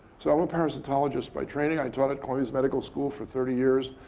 so i'm a parasitologist by training. i taught at columbia's medical school for thirty years.